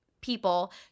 people